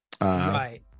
Right